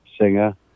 singer